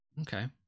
Okay